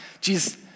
Jesus